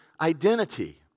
identity